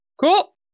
Cool